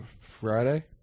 Friday